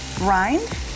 rind